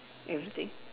everything